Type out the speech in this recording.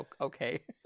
okay